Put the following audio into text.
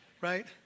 right